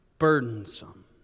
burdensome